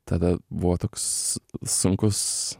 tada buvo toks sunkus